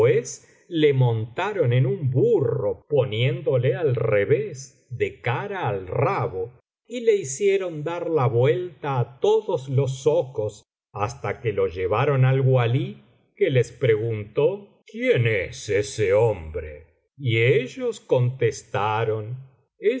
le montaron en un burro poniéndole al revés de cara al rabo y le hicieron dar la vuelta á todos los zocos hasta que lo llevaron al walí que les preguntó quién es ese hombre y ellos contestaron